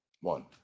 one